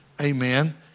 amen